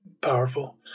powerful